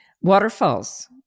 waterfalls